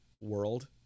world